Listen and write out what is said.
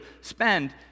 spend